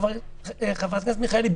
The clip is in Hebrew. חברת הכנסת מיכאלי,